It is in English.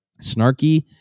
snarky